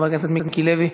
חבר הכנסת מיקי לוי,